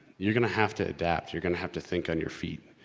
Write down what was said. you're gonna have to adapt. you're gonna have to think on your feet.